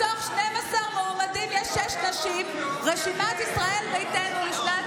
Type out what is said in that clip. מתוך 12 מועמדים יש שש נשים ברשימת ישראל ביתנו לשנת